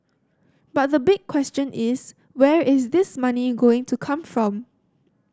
but the big question is where is this money is going to come from